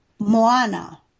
Moana